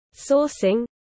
sourcing